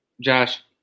Josh